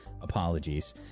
apologies